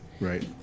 Right